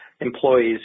employees